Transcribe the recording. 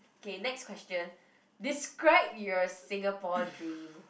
okay next question describe your Singapore dream